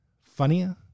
funnier